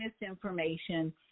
misinformation